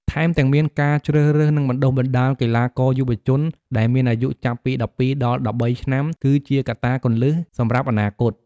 ថែមទាំងមានការជ្រើសរើស និងបណ្ដុះបណ្ដាល កីឡាករយុវជន ដែលមានអាយុចាប់ពី ១២ ដល់ ១៣ ឆ្នាំ គឺជាកត្តាគន្លឹះសម្រាប់អនាគត។